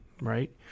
right